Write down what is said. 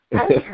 Okay